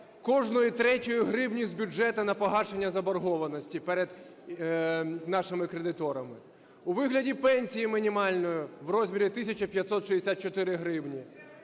кожної третьої гривні з бюджету на погашення заборгованості перед нашими кредиторами, у вигляді пенсії мінімальної в розмірі 1564 гривні,